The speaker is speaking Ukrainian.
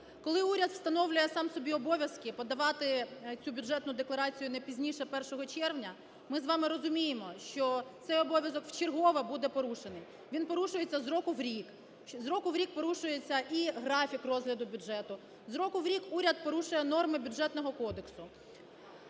Коли уряд встановлює сам собі обов'язки подавати цю бюджетну декларацію не пізніше 1 червня, ми з вами розуміємо, що цей обов'язок вчергове буде порушений. Він порушується з року в рік, з року в рік порушується і графік розгляду бюджету, з року в рік уряд порушує норми Бюджетного кодексу